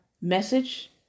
message